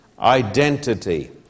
identity